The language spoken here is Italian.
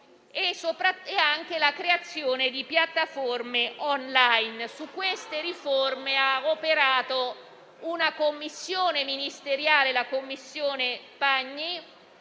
e la creazione di piattaforme *online*. Su queste riforme ha operato una commissione ministeriale, la commissione Pagni;